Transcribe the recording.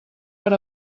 per